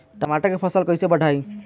टमाटर के फ़सल कैसे बढ़ाई?